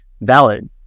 valid